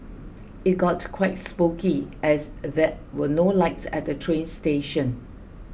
it got quite spooky as there were no lights at the train station